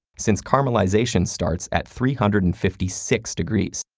since caramelization starts at three hundred and fifty six degrees.